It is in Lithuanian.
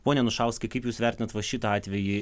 pone anušauskai kaip jūs vertinat va šitą atvejį